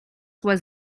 was